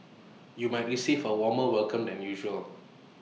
you might receive A warmer welcome than usual